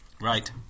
right